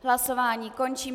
Hlasování končím.